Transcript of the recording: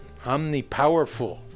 omnipowerful